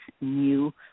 new